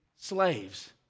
slaves